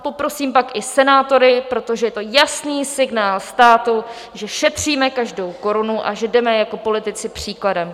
Poprosím pak i senátory, protože je to jasný signál státu, že šetříme každou korunu a že jdeme jako politici příkladem.